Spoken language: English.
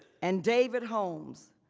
and david holmes,